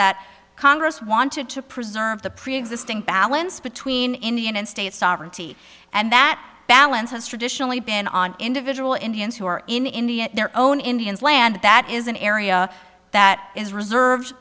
that congress wanted to preserve the preexisting balance between indian and state sovereignty and that balance has traditionally been on individual indians who are in india their own indians land that is an area that is reserved